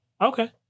okay